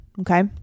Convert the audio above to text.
Okay